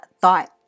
thought